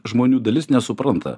žmonių dalis nesupranta